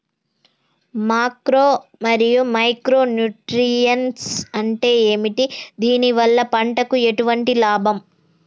Macro మరియు micro nutrients అంటే ఏమిటి? దీనివల్ల పంటకు ఎటువంటి లాభం?